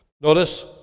Notice